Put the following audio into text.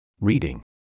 Reading